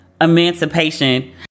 Emancipation